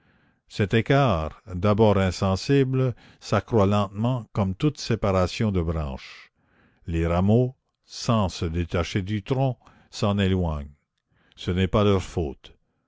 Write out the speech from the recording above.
cet écart d'abord insensible s'accroît lentement comme toute séparation de branches les rameaux sans se détacher du tronc s'en éloignent ce n'est pas leur faute